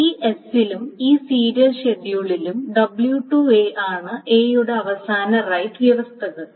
ഈ S ലും ഈ സീരിയൽ ഷെഡ്യൂളിലും w2 ആണ് എ യുടെ അവസാന റൈററ് വ്യവസ്ഥകൾ